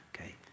okay